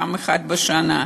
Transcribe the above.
פעם אחת בשנה.